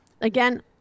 again